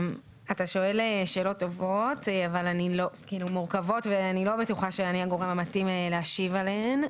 אתה שואל שאלות מורכבות ואני לא בטוחה שאני הגורם המתאים להשיב עליהן.